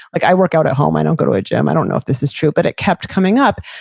like, i work out at home, i don't go to a gym. i don't know if this is true, but it kept coming up.